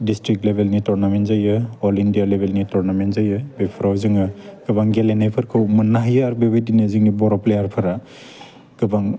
district लेभेलनि tournament जायो all India लेभेलनि टुरनामेन्ट जायो बेफोराव जोङो गोबां गेलेनायफोरखौ मोननो हायो आरो बेबायदिनो जोंनि बर' प्लेयारफ्रा गोबां